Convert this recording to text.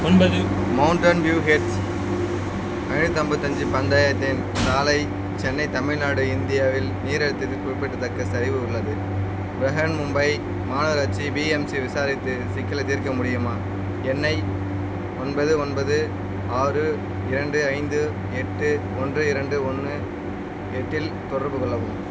ஒம்பது mountain view heights ஐந்நூத்தம்பத்தஞ்சு பந்தயத்தின் சாலை சென்னை தமிழ்நாடு இந்தியாவில் நீர் அழுத்தத்தில் குறிப்பிடத்தக்க சரிவு உள்ளது ப்ரஹன்மும்பை மாநகராட்சி பிஎம்சி விசாரித்து சிக்கலைத் தீர்க்க முடியுமா என்னை ஒன்பது ஒன்பது ஆறு இரண்டு ஐந்து எட்டு ஒன்று இரண்டு ஒன்று எட்டில் தொடர்பு கொள்ளவும்